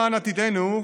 למען עתידנו,